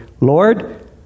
Lord